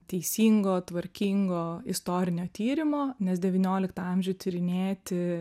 teisingo tvarkingo istorinio tyrimo nes devynioliktą amžių tyrinėti